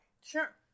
Sure